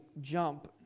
jump